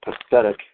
pathetic